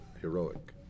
heroic